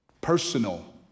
Personal